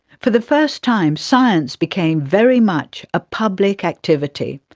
for the first time, science became very much a public activity.